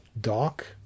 dock